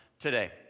today